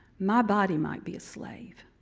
my body might be a slave,